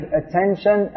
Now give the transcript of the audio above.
attention